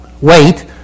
wait